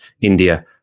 India